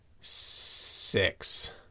six